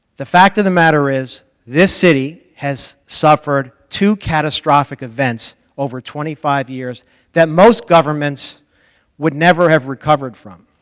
the fact of the matter is this city has suffered two catastrophic events over twenty five years that most governments would never have recovered from,